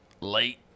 late